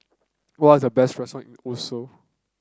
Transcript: what are the best restaurant in Oslo